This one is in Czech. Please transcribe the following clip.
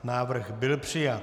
Návrh byl přijat.